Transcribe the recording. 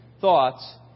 thoughts